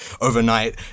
overnight